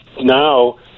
now